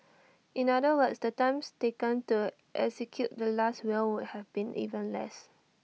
in other words the time taken to execute the Last Will would have been even less